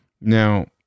Now